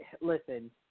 listen